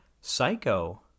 Psycho